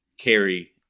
carry